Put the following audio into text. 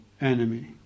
enemy